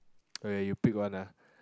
okay you pick one ah